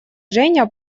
женя